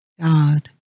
God